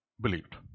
believed